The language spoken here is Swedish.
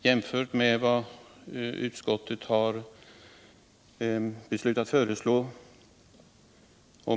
jämfört med vad utskowtet föreslagit.